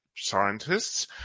scientists